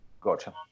Gotcha